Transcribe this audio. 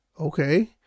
okay